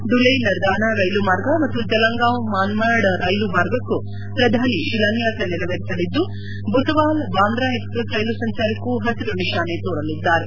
ಧುಲೆ ನರ್ದಾನ ರೈಲು ಮಾರ್ಗ ಮತ್ತು ಜಲಗಾಂವ್ ಮನ್ಮಾಡ್ ರೈಲು ಮಾರ್ಗಕ್ಕೂ ಪ್ರಧಾನಿ ಶಿಲಾನ್ಡಾಸ ನೆರವೇರಿಸಲಿದ್ದು ಬುಸವಾಲ್ ಬಾಂದ್ರಾ ಎಕ್ಸ್ಪ್ರೆಸ್ ರೈಲು ಸಂಚಾರಕ್ಕೂ ಪಸಿರು ನಿಶಾನೆ ತೋರಲಿದ್ದಾರೆ